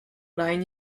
line